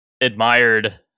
admired